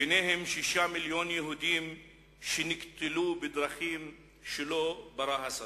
ביניהם שישה מיליוני יהודים שנקטלו בדרכים שלא ברא השטן.